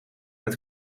met